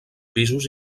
pisos